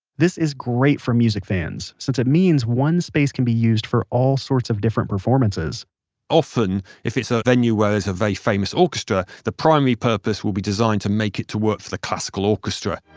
this is great for music fans, since it means one space can be used for all sorts of different performaces often, if it's a venue where there's a very famous orchestra, the primary purpose will be designed to make it to work for the classical orchestra.